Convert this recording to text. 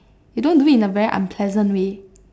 you don't do it in a very unpleasant way